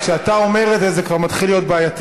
כשאתה אומר את זה זה כבר מתחיל להיות בעייתי,